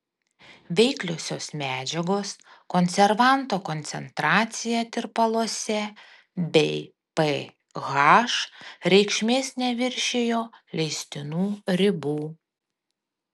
veikliosios medžiagos konservanto koncentracija tirpaluose bei ph reikšmės neviršijo leistinų ribų